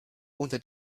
unter